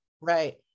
Right